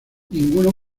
ninguno